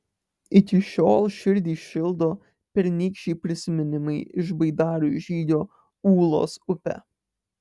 iki šiol širdį šildo pernykščiai prisiminimai iš baidarių žygio ūlos upe